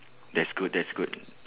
that's good that's good